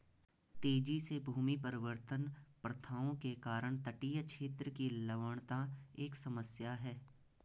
तेजी से भूमि परिवर्तन प्रथाओं के कारण तटीय क्षेत्र की लवणता एक समस्या है